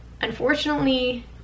unfortunately